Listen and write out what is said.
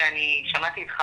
ואני שמעתי אותם,